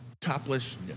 topless